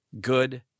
good